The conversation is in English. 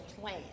plan